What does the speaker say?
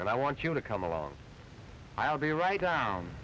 and i want you to come along i'll be right down